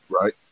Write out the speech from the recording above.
Right